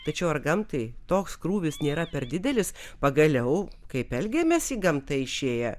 tačiau ar gamtai toks krūvis nėra per didelis pagaliau kaip elgiamės į gamtą išėję